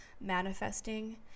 manifesting